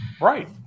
Right